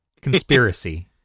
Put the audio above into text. Conspiracy